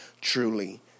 truly